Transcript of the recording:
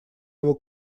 его